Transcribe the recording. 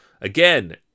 Again